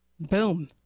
Boom